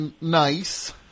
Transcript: nice